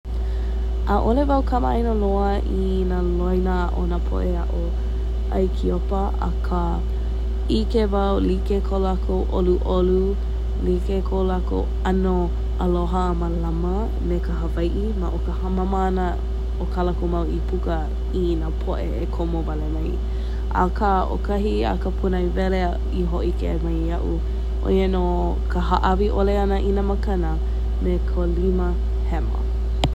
ʻAʻole wau kamaʻaina loa i nā loina o nā poʻe aʻo Aikiopa akā ʻike wau like ko lākou ʻoluʻolu, like ko lākou ʻano aloha mālama me ka Hawaiʻi maʻo ka hāmama nā o ka lākou mau i puka i nā poʻe e komo wale nai, akā ʻokahiʻia ka puna e wele a ʻihōʻike mai iaʻu, oia nō ka hāʻawi ʻole i nā makana me kou lima hema.